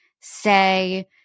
say